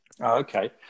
Okay